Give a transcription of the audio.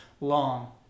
long